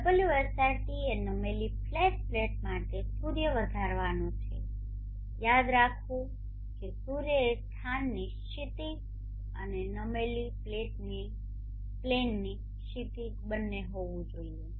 ωsrt એ નમેલી flat plate માટે સૂર્ય વધારવાનો છે યાદ રાખવું જોઈએ કે સૂર્ય એ સ્થાનની ક્ષિતિજ અને નમેલી પ્લેનની ક્ષિતિજ બંને હોવું જોઈએ